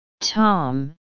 tom